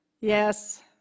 yes